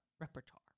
repertoire